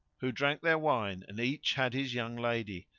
who drank their wine and each had his young lady,